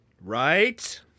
Right